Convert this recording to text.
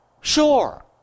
Sure